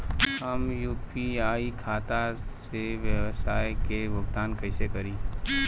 हम यू.पी.आई खाता से व्यावसाय के भुगतान कइसे करि?